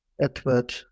Edward